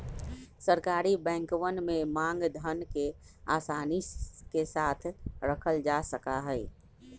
सरकारी बैंकवन में मांग धन के आसानी के साथ रखल जा सका हई